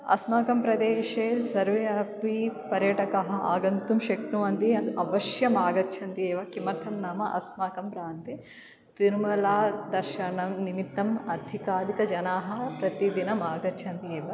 अस्माकं प्रदेशे सर्वे अपि पर्यटकः आगन्तुं शक्नुवन्ति अवश्यम् आगच्छन्ति एव किमर्थं नाम अस्माकं प्रान्ते तिरुमला दर्शनं निमित्तम् अधिकाधिकजनाः प्रतिदिनम् आगच्छन्ति एव